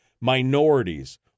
minorities